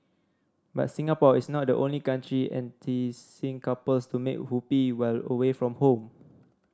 but Singapore is not the only country enticing couples to make whoopee while away from home